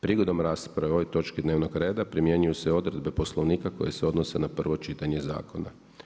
Prigodom rasprave o ovoj točki dnevnog reda primjenjuju se odredbe Poslovnika koje se odnose na prvo čitanje zakona.